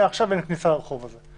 שמעכשיו אין כניסה לרחוב הזה,